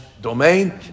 domain